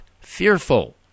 fearful